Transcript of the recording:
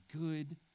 good